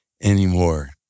anymore